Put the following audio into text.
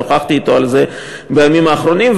שוחחתי אתו על זה בימים האחרונים,